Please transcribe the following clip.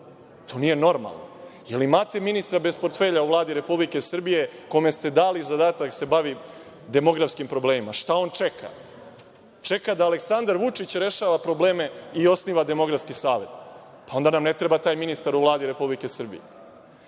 To nije normalno. Da li imate ministra bez portfelja u Vladi Republike Srbije kome ste dali zadatak da se bavi demografskim problemima? Šta on čeka? Čeka da Aleksandar Vučić rešava probleme i osniva demografski savet. Pa, onda nam ne treba taj ministar u Vladi Republike Srbije. Mislim,